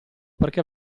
perché